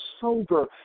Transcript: sober